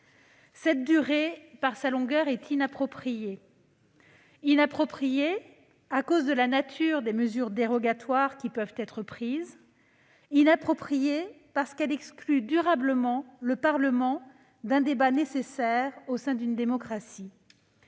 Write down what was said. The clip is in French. cette durée est inappropriée. Inappropriée en raison de la nature des mesures dérogatoires qui peuvent être prises. Inappropriée parce qu'elle exclut durablement le Parlement d'un débat nécessaire au sein d'une démocratie.